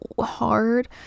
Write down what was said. hard